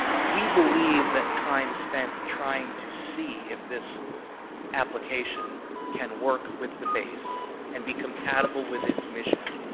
we believe that time spent trying to see if this application can work with the base and be compatible with its mission,